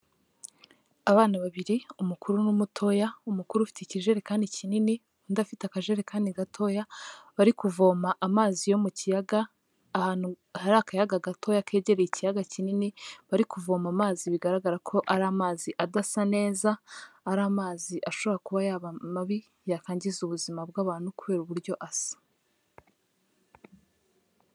Abana babiri umukuru n'umutoya umukuru ufite ikijerekani kinini undi afite akajerekani gatoya bari kuvoma amazi yo mu kiyaga ahantu hari akayaga gatoya kegereye ikiyaga kinini bari kuvoma amazi bigaragara ko ari amazi adasa neza, ari amazi ashobora kuba yaba mabi yakwangiza ubuzima bw'abantu kubera uburyo asa.